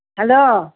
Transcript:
hello